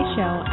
Show